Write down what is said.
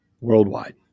Worldwide